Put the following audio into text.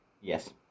Yes